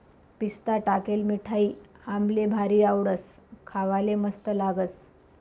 पिस्ता टाकेल मिठाई आम्हले भारी आवडस, खावाले मस्त लागस